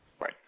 Right